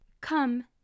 Come